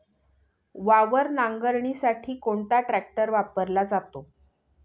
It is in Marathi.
वावर नांगरणीसाठी कोणता ट्रॅक्टर वापरला जातो?